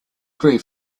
grew